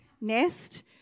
nest